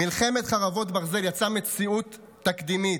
מלחמת חרבות ברזל יצרה מציאות תקדימית,